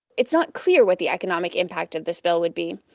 it's not clear what the economic impact of this bill would be.